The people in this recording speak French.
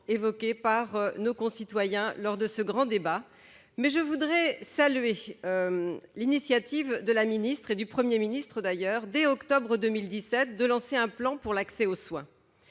évoqué par nos concitoyens lors du grand débat. Je commencerai par saluer l'initiative de la ministre et du Premier ministre d'avoir lancé, dès octobre 2017, un plan pour l'accès aux soins.